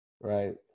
Right